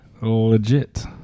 legit